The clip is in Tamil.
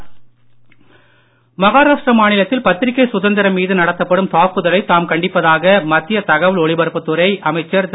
பிரகாஷ் ஜவ்டேக்கர் மகாராஷ்டிர மாநிலத்தில் பத்திரிக்கை சுதந்திரம் மீது நடத்தப்படும் தாக்குதலை தாம் கண்டிப்பதாக மத்திய தகவல் ஒலிபரப்புத் துறை அமைச்சர் திரு